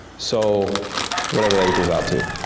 so whatever that equals out to.